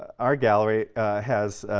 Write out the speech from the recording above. art gallery has